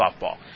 softball